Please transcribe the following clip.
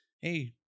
hey